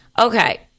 okay